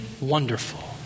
wonderful